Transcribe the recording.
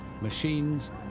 machines